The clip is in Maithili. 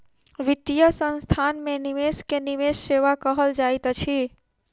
वित्तीय संस्थान में निवेश के निवेश सेवा कहल जाइत अछि